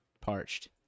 parched